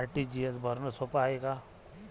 RTGS भरनं सोप हाय का?